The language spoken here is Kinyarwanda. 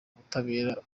ubutabera